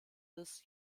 this